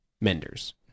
menders